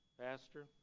Pastor